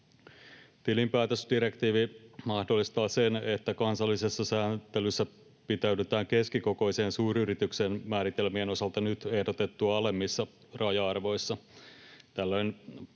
Tilinpäätösdirektiivi mahdollistaa sen, että kansallisessa sääntelyssä pitäydytään keskikokoisen ja suuryrityksen määritelmien osalta nyt ehdotettua alemmissa raja-arvoissa.